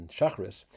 Shachris